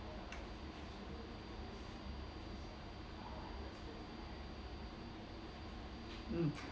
mm